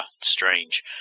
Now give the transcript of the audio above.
strange